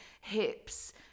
hips